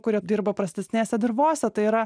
kurie dirba prastesnėse dirvose tai yra